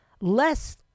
less